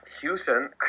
Houston